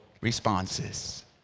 responses